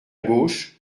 gauche